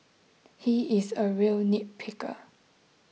he is a real nitpicker